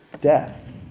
Death